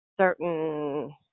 certain